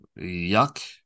yuck